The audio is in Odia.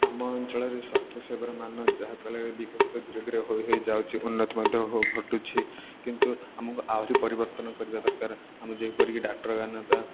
ଆମ ଅଞ୍ଚଳରେ ସ୍ୱାସ୍ଥ୍ୟ ସେବାରେ ମାନ ଯାହା କଲେ ବି ବିକଶିତ ଧୀରେ ଧୀରେ ହୋଇ ହେଇଯାଉଚି ଉନ୍ନତି ମଧ୍ୟ ଘଟୁଛି କିନ୍ତୁ ଆମକୁ ଆହୁରି ପରିବର୍ତ୍ତନ କରିବା ଦରକାର ଆମ ଯେପରିକି ଡକ୍ଟର